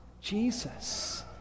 jesus